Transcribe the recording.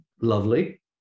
lovely